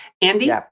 Andy